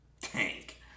tank